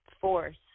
force